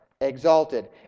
exalted